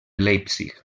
leipzig